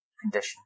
condition